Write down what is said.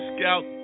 Scout